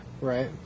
Right